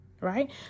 right